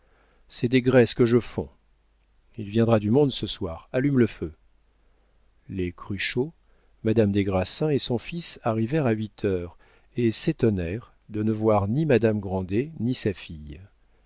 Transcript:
c'est des graisses que je fonds il viendra du monde ce soir allume le feu les cruchot madame des grassins et son fils arrivèrent à huit heures et s'étonnèrent de ne voir ni madame grandet ni sa fille